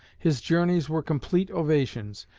his journeys were complete ovations,